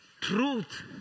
truth